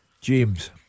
James